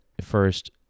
first